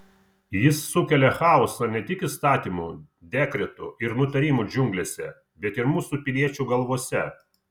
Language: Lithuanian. jis sukelia chaosą ne tik įstatymų dekretų ir nutarimų džiunglėse bet ir mūsų piliečių galvose